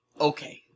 Okay